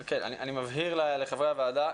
אני מבהיר לחברי הוועדה.